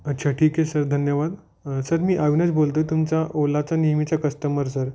अच्छा ठीक आहे सर धन्यवाद सर मी अविनाश बोलतो आहे तुमचा ओलाचा नेहमीचा कस्टमर सर